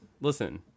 listen